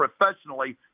professionally